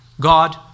God